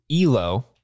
Elo